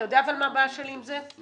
אתה יודע, אבל, מה הבעיה שלי עם זה?